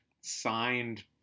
signed